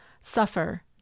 suffer